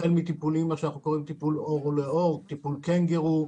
החל מטיפול עור לעור, טיפול קנגורו,